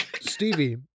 Stevie